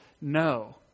no